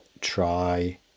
try